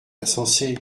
insensé